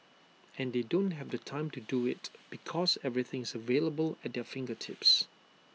and they don't have the time to do IT because everything is available at their fingertips